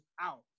out